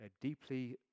deeply